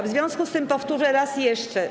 W związku z tym powtórzę raz jeszcze.